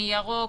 מי ירוק,